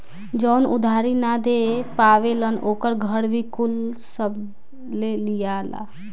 जवन उधारी ना दे पावेलन ओकर घर भी कुल सब ले लियाला